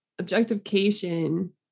Objectification